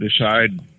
decide